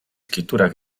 scrittura